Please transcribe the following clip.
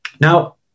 Now